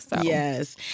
Yes